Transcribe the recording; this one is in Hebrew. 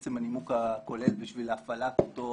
עצם הנימוק הכולל להפעלת אותו